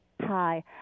Hi